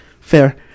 Fair